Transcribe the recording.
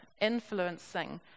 influencing